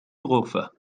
الغرفة